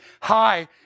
high